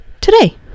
today